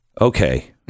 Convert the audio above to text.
okay